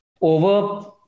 over